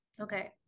Okay